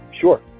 Sure